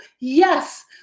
Yes